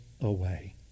away